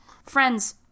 Friends